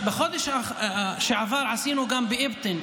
בחודש שעבר עשינו גם באבטין,